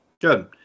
good